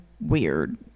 weird